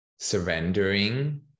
surrendering